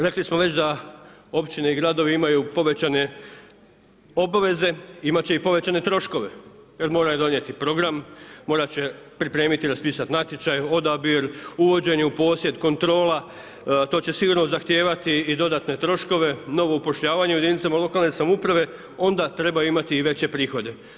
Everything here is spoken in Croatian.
Rekli smo već da općine i gradovi imaju povećane obveze, imat će i povećane troškove jer moraju donijeti program, morat će pripremiti i raspisati natječaj, odabir, uvođenje u posjed, kontrola to će sigurno zahtijevati i dodatne troškove, novo upošljavanje u jedinicama lokalne samouprave onda treba imati i veće prihode.